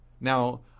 Now